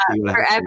forever